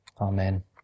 amen